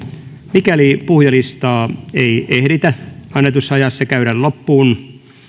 mikäli puhujalistaa ei ehditä annetussa ajassa käydä loppuun